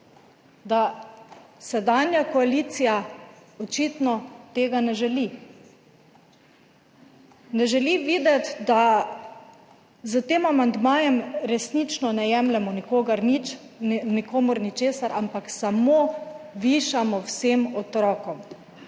da sedanja koalicija očitno tega ne želi. Ne želi videti, da s tem amandmajem resnično ne jemljemo nikomur ničesar, ampak samo višamo vsem otrokom.